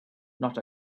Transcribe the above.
not